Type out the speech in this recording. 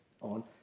on